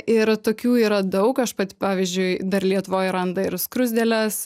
ir tokių yra daug aš pati pavyzdžiui dar lietuvoj randa ir skruzdėles